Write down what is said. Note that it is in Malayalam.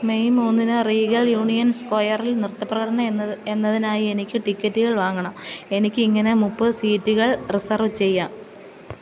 മെയ് മൂന്നിന് റീഗൽ യൂണിയൻ സ്ക്വയറിൽ നൃത്ത പ്രകടനം എന്നതിനായി എനിക്ക് ടിക്കറ്റുകൾ വാങ്ങണം എനിക്ക് എങ്ങനെ മുപ്പത് സീറ്റുകൾ റിസർവ് ചെയ്യാം